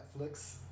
Netflix